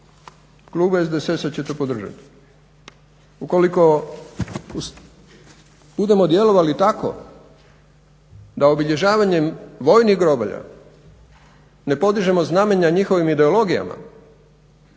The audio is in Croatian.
klub SDSS-a će to podržati. Ukoliko budemo djelovali tako da obilježavanjem vojnih grobalja ne podižemo znamenja njihovim ideologijama